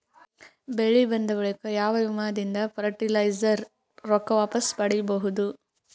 ಬೆಳಿ ಬಂದ ಬಳಿಕ ಯಾವ ವಿಮಾ ದಿಂದ ಫರಟಿಲೈಜರ ರೊಕ್ಕ ವಾಪಸ್ ಪಡಿಬಹುದು?